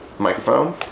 microphone